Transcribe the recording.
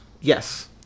Yes